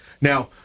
Now